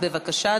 בבקשה,